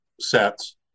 sets